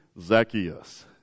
Zacchaeus